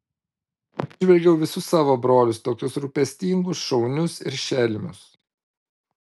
nužvelgiau visus savo brolius tokius rūpestingus šaunius ir šelmius